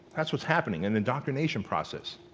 that's what's happening in the indoctrination process,